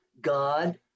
God